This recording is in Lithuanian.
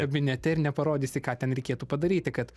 kabinete ir neparodysi ką ten reikėtų padaryti kad